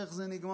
ואיך זה נגמר?